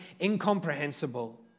incomprehensible